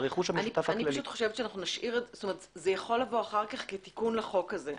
זה יכול לבוא אחר כך כתיקון לחוק הזה.